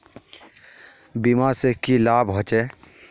बीमा से की लाभ होचे?